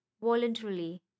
voluntarily